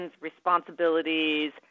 responsibilities